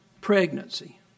pregnancy